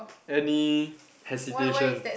any hesitation